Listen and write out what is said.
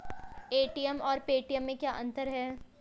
ATM और Paytm में क्या अंतर है?